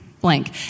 blank